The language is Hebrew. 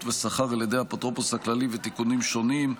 ושכר על ידי האפוטרופוס הכללי ותיקונים שונים),